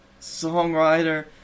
songwriter